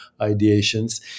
ideations